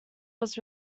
was